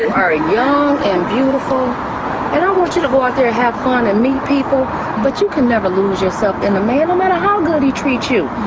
are a young and beautiful and i want you to go out there and have fun and meet people but you can never lose yourself in a man, no matter how good he treats you.